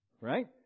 right